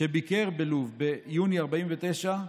שביקר בלוב ביוני 1949,